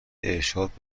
ارشاد